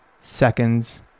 seconds